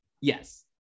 Yes